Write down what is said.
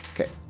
Okay